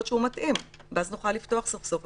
שהוא מתאים ואז נוכל לפתוח סוף סוף.